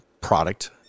product